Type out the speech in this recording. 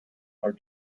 are